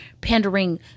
pandering